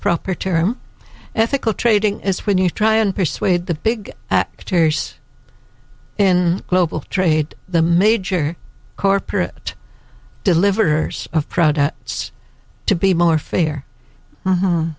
proper term ethical trading is when you try and persuade the big actors in global trade the major corporate deliverers of products to be more fair